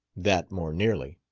that more nearly.